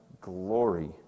glory